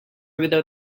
without